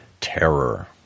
Terror